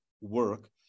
work